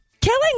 killing